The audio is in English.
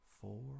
four